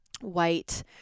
white